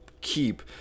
keep